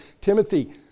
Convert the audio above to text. Timothy